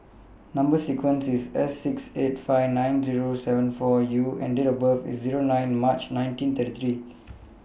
Number sequence IS S six eight five nine Zero seven four U and Date of birth IS nine March nineteen thirty three